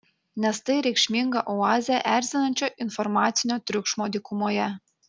nes tai reikšminga oazė erzinančio informacinio triukšmo dykumoje